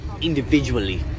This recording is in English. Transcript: individually